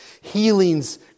healings